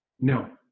No